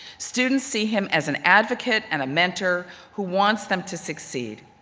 students see him as an advocate and a mentor who wants them to succeed.